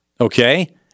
okay